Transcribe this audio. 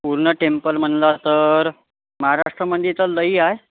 पूर्ण टेम्पल म्हटलं तर महाराष्ट्रामध्ये तर लई आहे